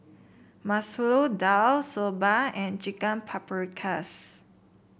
Masoor Dal Soba and Chicken Paprikas